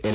L